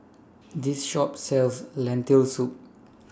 This Shop sells Lentil Soup